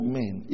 men